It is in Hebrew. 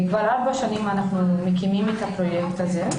כבר ארבע שנים אנחנו מקימים את הפרויקט הזה,